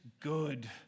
good